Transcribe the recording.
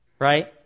Right